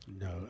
no